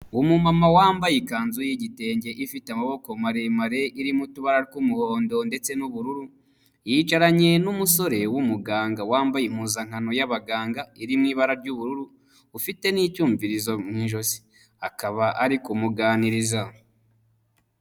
Umumama wambaye ikanzu y'igitenge ifite amaboko maremare irimo utubara tw'umuhondo ndetse n'ubururu, yicaranye n'umusore w'umuganga wambaye impuzankano y'abaganga, irimo ibara ry'ubururu, ufite n'icyumvirizo mu ijosi akaba ari kumuganiriza.